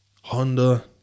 Honda